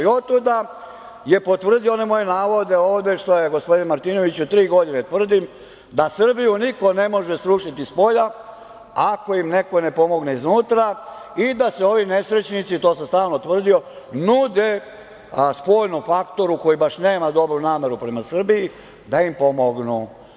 I otuda je potvrdio one moje navode ovde što ja gospodinu Martinoviću tri godine tvrdim, da Srbiju niko ne može srušiti spolja ako im neko ne pomogne iznutra i da se ovi nesrećnici, to sam stalno tvrdio, nude spoljnom faktoru, koji baš nema dobru nameru prema Srbiji, da im pomognu.